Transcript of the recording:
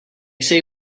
say